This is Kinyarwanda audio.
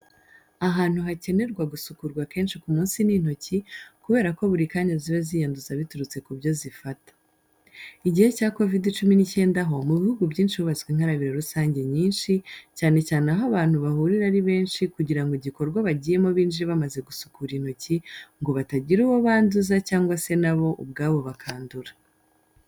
Ahantu hakenerwa gusukurwa kenshi ku munsi ni intoki, kubera ko buri kanya ziba ziyanduza biturutse ku byo zifata. Igihe cya COVID 19 ho, mu bihugu byinshi hubatswe inkarabiro rusange nyinshi, cyane cyane aho abantu bahurira ari benshi kugira ngo igikorwa bagiyemo binjire bamaze gusukura intoki ngo batagira uwo banduza cyangwa se na bo ubwabo bakandura.